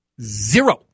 zero